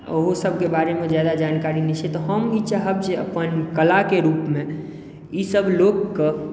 ओहो सभके बारेमे ज्यादा जानकारी नहि छै तऽ हम ई चाहब जे अपन कलाके रूपमे ईसभ लोकके